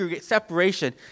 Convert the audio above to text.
separation